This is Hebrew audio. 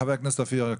חבר הכנסת אופיר,